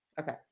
Okay